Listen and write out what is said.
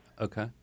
Okay